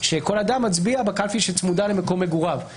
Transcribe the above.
והתקיימו נסיבות מיוחדות שמצדיקות זאת,